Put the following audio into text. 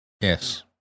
Yes